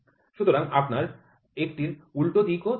সুতরাং আপনার একটির উল্টো দিকও থাকবে